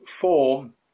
form